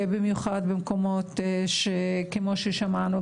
במיוחד במקומות כמו ששמענו,